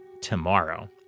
tomorrow